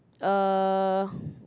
uh